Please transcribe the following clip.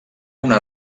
una